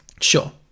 Sure